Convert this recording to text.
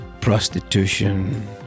prostitution